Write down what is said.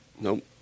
Nope